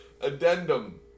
Addendum